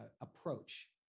approach